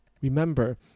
remember